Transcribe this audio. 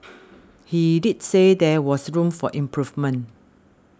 he did say there was room for improvement